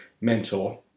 mentor